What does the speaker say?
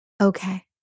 Okay